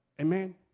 Amen